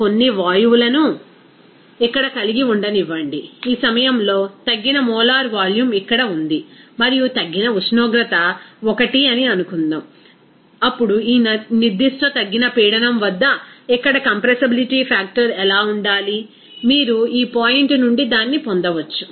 ఈ కొన్ని వాయువులను ఇక్కడ కలిగి ఉండనివ్వండి ఈ సమయంలో తగ్గిన మోలార్ వాల్యూమ్ ఇక్కడ ఉంది మరియు తగ్గిన ఉష్ణోగ్రత 1 అని అనుకుందాం అప్పుడు ఈ నిర్దిష్ట తగ్గిన పీడనం వద్ద ఇక్కడ కంప్రెసిబిలిటీ ఫ్యాక్టర్ ఎలా ఉండాలి మీరు ఈ పాయింట్ నుండి దాన్ని పొందవచ్చు